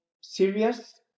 serious